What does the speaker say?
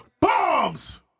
Bombs